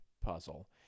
puzzle